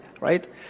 right